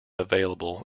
available